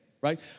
right